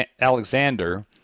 Alexander